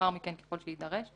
לאחר מכן ככל שיידרש.